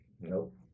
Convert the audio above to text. nope